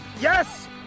Yes